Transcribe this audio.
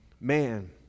man